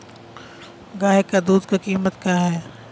गाय क दूध क कीमत का हैं?